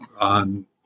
on